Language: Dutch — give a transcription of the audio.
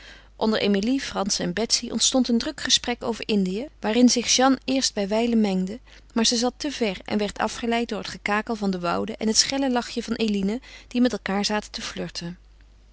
onder emilie frans en betsy ontstond een druk gesprek over indië waarin zich jeanne eerst bijwijlen mengde maar ze zat te ver en werd afgeleid door het gekakel van de woude en het schelle lachje van eline die met elkaêr zaten te